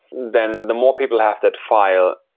then the more people have that file,